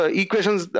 equations